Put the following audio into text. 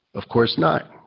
of course not.